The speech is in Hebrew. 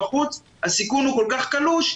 בחוץ הסיכון הוא כל כך קלוש,